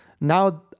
now